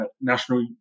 National